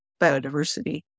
biodiversity